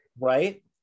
right